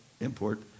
import